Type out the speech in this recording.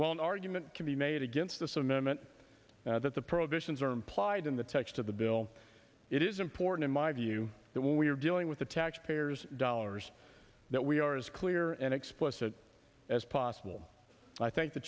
while an argument can be made against this amendment now that the prohibitions are implied in the text of the bill it is important in my view that when we are dealing with the taxpayers dollars that we are as clear and explicit as possible i thank the